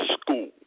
school